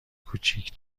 کوچیک